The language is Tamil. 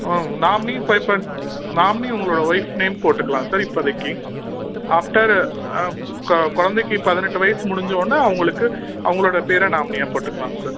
நாமினி ஃபை பாய்ண்ட் நாமினி உங்களோடய ஒய்ஃப் நேம் போட்டுக்கலாம் சார் இப்போதைக்கி ஆஃப்டர் கொ குழந்தைக்கி பதினெட்டு வயது முடிஞ்சவொன்னே அவங்களுக்கு அவங்களோட பேர நாமினியாக போட்டுக்கலாம் சார்